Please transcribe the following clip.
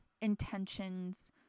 intentions